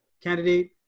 candidate